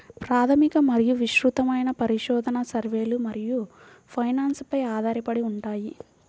ప్రాథమిక మరియు విస్తృతమైన పరిశోధన, సర్వేలు మరియు ఫైనాన్స్ పై ఆధారపడి ఉంటాయి